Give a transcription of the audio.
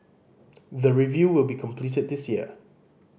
the review will be completed this year